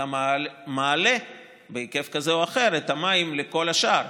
אתה מעלה בהיקף כזה או אחר את המים לכל השאר,